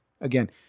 Again